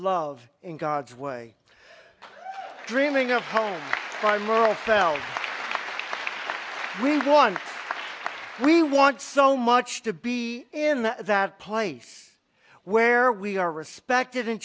love in god's way dreaming of home we want we want so much to be in that place where we are respected and